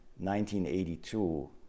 1982